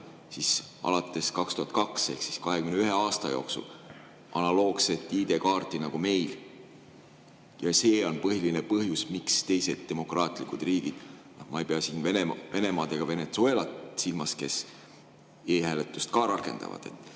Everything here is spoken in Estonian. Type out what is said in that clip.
aastast ehk siis 21 aasta jooksul analoogset ID-kaarti nagu meil? Ja see on põhiline põhjus, miks teised demokraatlikud riigid – ma ei pea siin Venemaad ega Venezuelat silmas, kes e-hääletust ka rakendavad